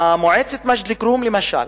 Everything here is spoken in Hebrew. במועצת מג'ד-אל-כרום למשל,